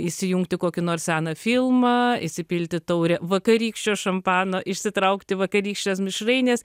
įsijungti kokį nors seną filmą įsipilti taurę vakarykščio šampano išsitraukti vakarykštės mišrainės